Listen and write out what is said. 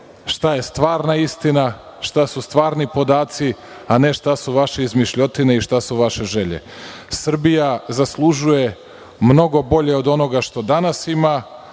šta je stvarna istina, šta su stvari podaci, a ne šta su vaše izmišljotine i šta su vaše želje. Srbija zaslužuje mnogo bolje od onoga što danas ima,